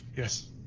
Yes